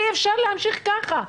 אי אפשר להמשיך ככה.